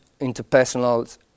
interpersonal